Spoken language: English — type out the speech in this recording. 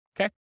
Okay